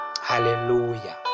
Hallelujah